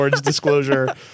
disclosure